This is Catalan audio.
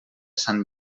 sant